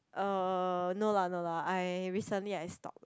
um no lah no lah I recently I stop